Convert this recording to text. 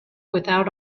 without